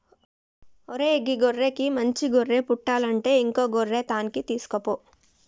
ఓరై గీ గొర్రెకి మంచి గొర్రె పుట్టలంటే ఇంకో గొర్రె తాన్కి తీసుకుపో